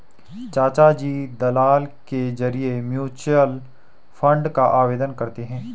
चाचाजी दलाल के जरिए म्यूचुअल फंड का आवेदन करते हैं